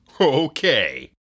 Okay